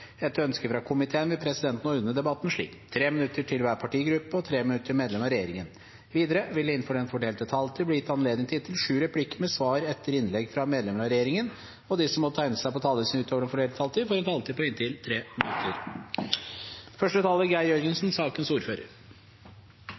Etter ønske fra kommunal- og forvaltningskomiteen vil presidenten ordne debatten slik: 3 minutter til hver partigruppe og 3 minutter til medlemmer av regjeringen. Videre vil det – innenfor den fordelte taletid – bli gitt anledning til inntil sju replikker med svar etter innlegg fra medlemmer av regjeringen, og de som måtte tegne seg på talerlisten utover den fordelte taletid, får også en taletid på inntil 3 minutter.